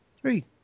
Three